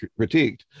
critiqued